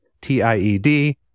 T-I-E-D